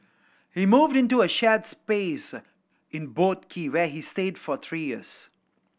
he moved into a shared space in Boat Quay where he stayed for three years